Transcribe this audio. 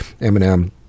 Eminem